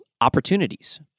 opportunities